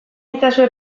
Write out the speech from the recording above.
itzazue